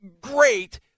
great